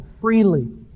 freely